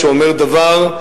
שאומר דבר,